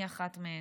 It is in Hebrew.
היא אחת מהן.